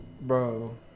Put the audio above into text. bro